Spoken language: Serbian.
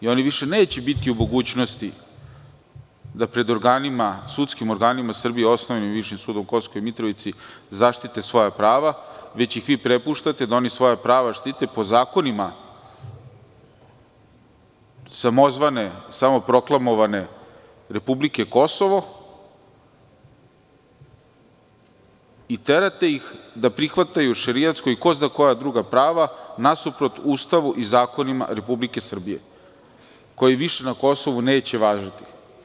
Oni više neće biti u mogućnosti da pred sudskim organima Srbije, Osnovnim i Višim sudom u Kosovskoj Mitrovici zaštite svoja prava, već ih vi prepuštate da oni svoja prava štite po zakonima samozvane, samoproklamovane republike Kosovo i terate ih da prihvataju šerijatsko i ko zna koja druga prava nasuprot Ustavu i zakonima Republike Srbije, koji više na Kosovu neće važiti.